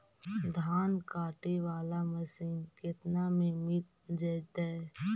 धान काटे वाला मशीन केतना में मिल जैतै?